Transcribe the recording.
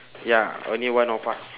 ya only one of us